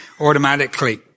automatically